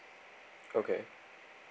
okay